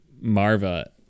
Marva